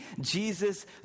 Jesus